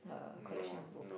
uh collection of book